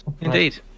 Indeed